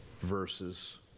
verses